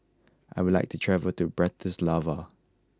I would like to travel to Bratislava